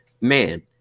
Man